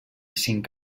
cinc